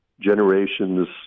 generations